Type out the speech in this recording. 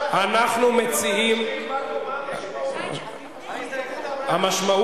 ואחרי שיושב-ראש הוועדה גיבה את הממשלה